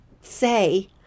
say